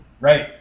Right